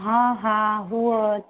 हा हा हूअ